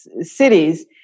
cities